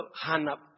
hanap